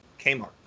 Kmart